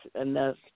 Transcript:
enough